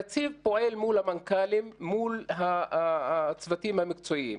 הנציב פועל מול המנכ"לים, מול הצוותים המקצועיים.